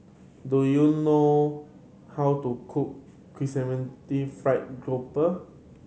do you know how to cook chrysanthemum the fried grouper